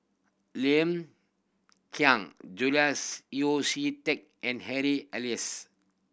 Lim Kiang Julias Yeo See Teck and Harry Elias